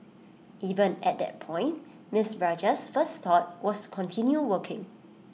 even at that point miss Rajah's first thought was continue working